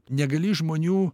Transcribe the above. negali žmonių